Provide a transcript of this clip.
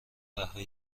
قهوه